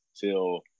till